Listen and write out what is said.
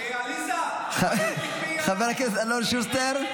מוותר, חבר הכנסת אלון שוסטר,